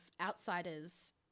outsiders